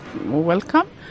welcome